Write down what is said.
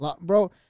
bro